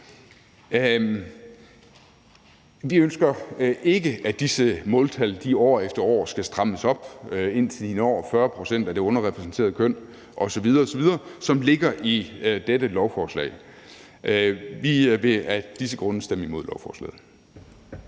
Vi ønsker ikke, at disse måltal år efter år skal strammes op, indtil vi når 40 pct. af det underrepræsenterede køn osv. osv., hvilket ligger i dette lovforslag. Vi vil af disse grunde stemme imod lovforslaget.